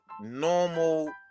normal